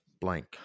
blank